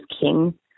king